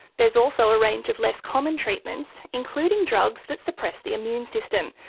there is also a range of less common treatments including drugs that suppress the immune system,